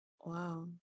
Wow